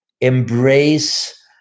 embrace